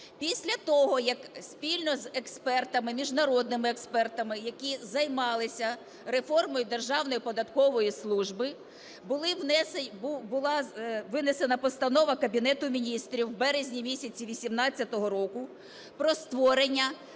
Після того, як спільно з експертами, міжнародними експертами, які займалися реформою Державної податкової служби, була винесена постанова Кабінету Міністрів в березні місяці 18-го року про створення 25